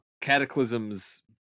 Cataclysm's